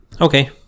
Okay